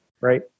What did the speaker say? right